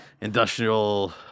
industrial